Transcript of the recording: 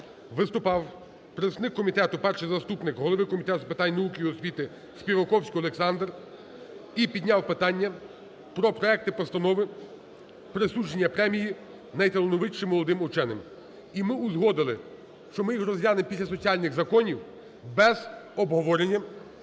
виступав представник комітету, перший заступник голови Комітету з питань науки і освітиСпіваковський Олександр і підняв питання про Проект постанови про присудження премії найталановитішим молодим ученим. І ми узгодили, що ми їх розглянемо після соціальних законів без обговорення.